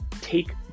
take